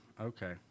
Okay